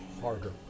harder